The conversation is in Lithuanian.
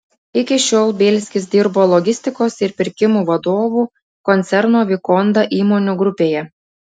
iki šiol bielskis dirbo logistikos ir pirkimų vadovu koncerno vikonda įmonių grupėje